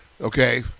Okay